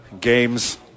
Games